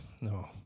no